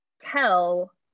tell